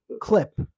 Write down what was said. clip